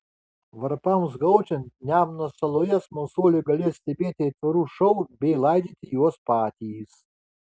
varpams gaudžiant nemuno saloje smalsuoliai galės stebėti aitvarų šou bei laidyti juos patys